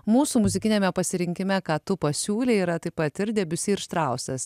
mūsų muzikiniame pasirinkime ką tu pasiūlei yra taip pat ir debiusi ir štrausas